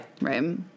Right